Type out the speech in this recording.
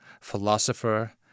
philosopher